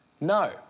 No